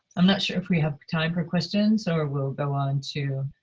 i'm not sure if we have time for questions so or we'll go on to